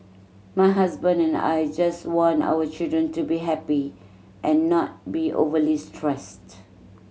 my husband and I just want our children to be happy and not be overly stressed